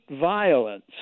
violence